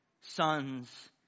sons